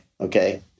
Okay